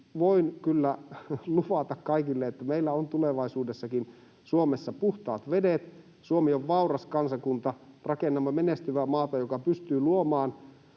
voin kyllä luvata kaikille, että meillä on tulevaisuudessakin Suomessa puhtaat vedet. Suomi on vauras kansakunta. Rakennamme menestyvää maata, joka pystyy luomaan...